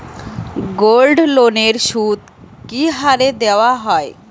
গোল্ডলোনের সুদ কি হারে দেওয়া হয়?